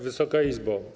Wysoka Izbo!